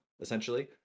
essentially